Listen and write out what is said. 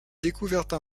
découvertes